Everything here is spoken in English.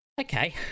Okay